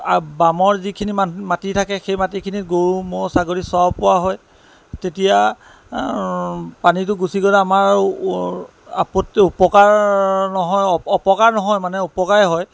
বামৰ যিখিনি মাটি থাকে সেই মাটিখিনিত গৰু ম'হ ছাগলী চৰাব পৰা হয় তেতিয়া পানীটো গুচি গ'লে আমাৰ আপত্তি উপকাৰ নহয় অপকাৰ নহয় মানে উপকাৰে হয়